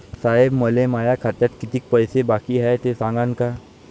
साहेब, मले माया खात्यात कितीक पैसे बाकी हाय, ते सांगान का?